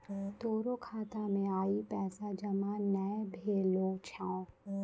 तोरो खाता मे आइ पैसा जमा नै भेलो छौं